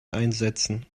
einsetzen